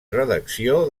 redacció